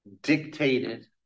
dictated